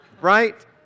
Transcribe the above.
Right